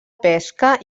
pesca